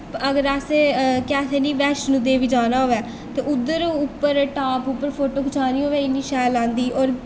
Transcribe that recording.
अगर अस केह् आखदे निं वैष्णो देवी जाना होऐ ते उद्धर टॉप उप्पर फोटो खचाने होऐ इन्नी शैल औंदी और